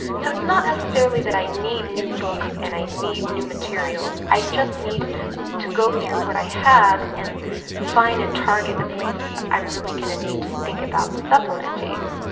so it's not necessarily that i need new books and i need new materials, i just need to go through what i have and find and target the places i'm really going to need to think about supplementing.